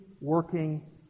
working